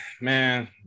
Man